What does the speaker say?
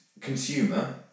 consumer